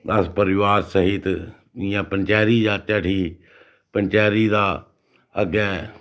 अस परिवार सहित इ'यां पंचैरी जाह्चै उठी पंचैरी दा अग्गें